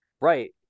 right